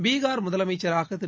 பீகார் முதலமைச்சராக திரு